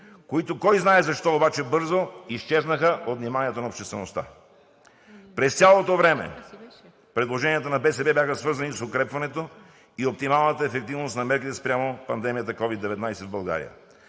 кой знае защо, обаче бързо изчезнаха от вниманието на обществеността. През цялото време предложенията на БСП бяха свързани с укрепването и оптималната ефективност на мерките спрямо пандемията COVID-19 в България.